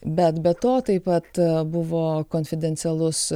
bet be to taip pat buvo konfidencialus